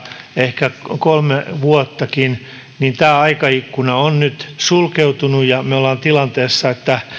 ehkä kolmekin vuotta ja tämä aikaikkuna on nyt sulkeutunut ja me olemme tilanteessa että